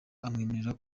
amwemerera